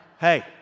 hey